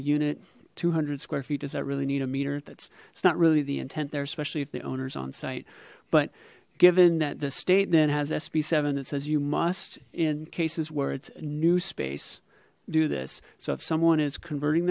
unit two hundred square feet does that really need a meter that's it's not really the intent there especially if the owners on site but given that the state then has sb seven that says you must in cases where it's new space do this so if someone is converting